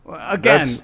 Again